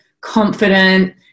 confident